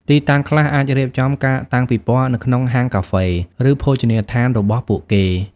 ទីតាំងខ្លះអាចរៀបចំការតាំងពិពណ៌នៅក្នុងហាងកាហ្វេ ឬភោជនីយដ្ឋានរបស់ពួកគេ។